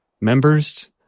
members